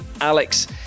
Alex